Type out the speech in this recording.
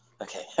okay